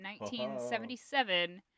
1977